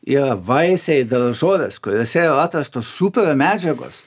yra vaisiai daržovės kuriose yra tas tos super medžiagos